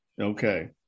Okay